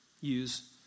Use